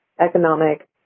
economic